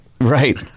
Right